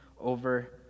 over